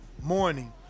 morning